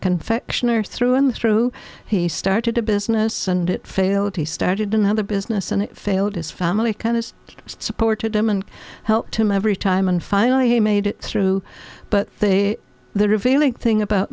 confectioner through and through he started a business and it failed he started another business and it failed his family kind of supported him and helped him every time and finally he made it through but they are revealing thing about